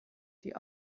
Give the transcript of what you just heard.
die